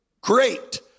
great